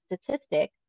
statistic